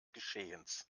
geschehens